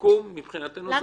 סיכום, מבחינתנו זה הכי טוב.